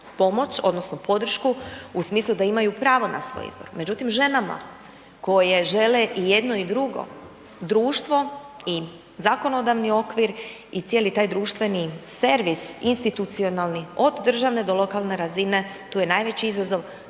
odnosno podršku u smislu da imaju pravo na svoj izbor. Međutim, ženama koje žele i jedno i drugo društvo i zakonodavni okvir i cijeli taj društveni servis institucionalni od državne do lokalne razine, tu je najveći izazov,